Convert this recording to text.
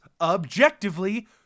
objectively